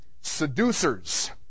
seducers